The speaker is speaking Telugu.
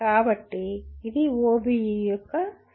కాబట్టి ఇది OBE యొక్క సారాంశం